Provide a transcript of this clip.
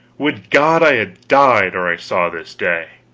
would god i had died or i saw this day!